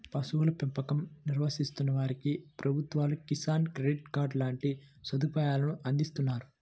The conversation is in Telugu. పశువుల పెంపకం నిర్వహిస్తున్న వారికి ప్రభుత్వాలు కిసాన్ క్రెడిట్ కార్డు లాంటి సదుపాయాలను అందిస్తున్నారు